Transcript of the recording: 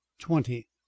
Twenty